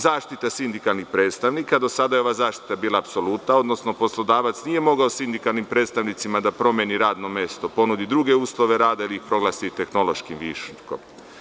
Zaštita sindikalnih predstavnika – do sada je ova zaštita bila apsolutna, odnosno poslodavac nije mogao sindikalnim predstavnicima da promeni radno mesto i ponudi druge uslove rada ili proglasi tehnološkim viškom.